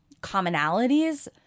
commonalities